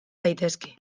daitezke